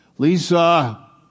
Lisa